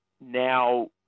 Now